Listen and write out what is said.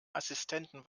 assistenten